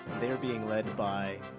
they are being led by